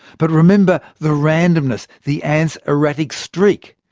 but remember the randomness, the ants' erratic streak.